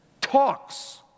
talks